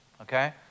okay